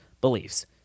beliefs